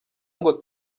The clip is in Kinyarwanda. ngo